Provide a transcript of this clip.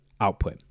output